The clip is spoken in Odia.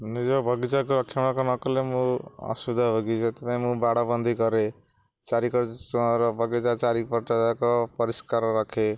ନିଜ ବଗିଚାକୁ ରକ୍ଷଣାଖ ନ କଲେ ମୁଁ ଅସୁବିଧା ଭୋଗେ ସେଥିପାଇଁ ମୁଁ ବାଡ଼ ବନ୍ଦୀ କରେ ଚାରିକଡ ବଗିଚା ଚାରି ପଟ ଯାକ ପରିଷ୍କାର ରଖେ